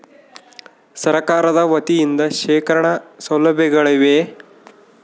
ಸರಕಾರದ ವತಿಯಿಂದ ಶೇಖರಣ ಸೌಲಭ್ಯಗಳಿವೆಯೇ?